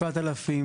כ-7,000